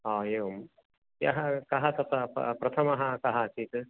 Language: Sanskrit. ओ एवम् यः कः तत्र प्र प्रथमः कः आसीत्